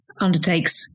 undertakes